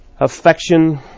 affection